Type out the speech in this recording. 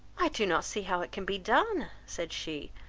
i do not see how it can be done, said she,